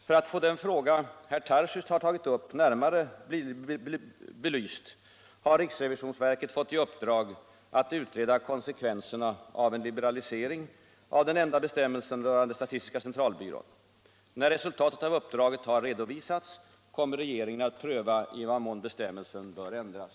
För att den fråga herr Tarschys har tagit upp närmare skall bli belyst har riksrevisionsverket fått i uppdrag att utreda konsekvenserna av en liberalisering av den nämnda bestämmelsen rörande statistiska centralbyrån. När resultatet av uppdraget har redovisats, kommer regeringen att pröva i vad mån bestämmelsen bör ändras.